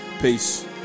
Peace